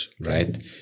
right